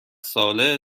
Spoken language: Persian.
ساله